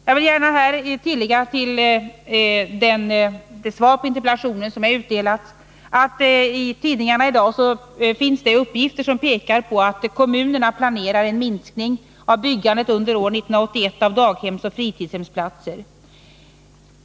Jag vill här gärna tillägga till det svar på interpellationen som utdelats att deti tidningarna i dag finns uppgifter som pekar på att kommunerna planerar en minskning av byggandet under år 1981 av daghemsoch fritidshemsplatser.